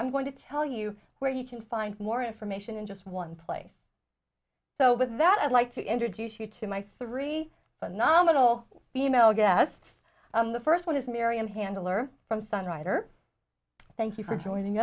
i'm going to tell you where you can find more information in just one place so with that i'd like to introduce you to my three phenomenal female guest the first one is marion handler from sun writer thank you for joining